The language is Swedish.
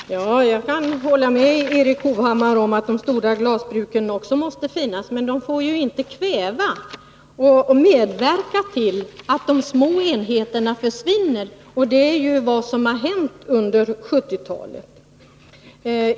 Fru talman! Jag kan hålla med Erik Hovhammar om att också de stora glasbruken måste finnas, men det får inte medverka till att de små enheterna försvinner. Det är vad som har hänt unde 1970-talet.